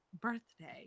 birthday